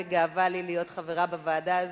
וגאווה לי להיות חברה בוועדה הזאת,